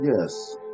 Yes